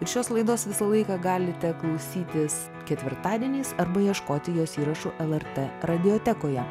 ir šios laidos visą laiką galite klausytis ketvirtadieniais arba ieškoti jos įrašų lrt radiotekoje